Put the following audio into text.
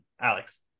Alex